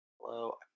Hello